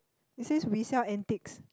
he says we sell antics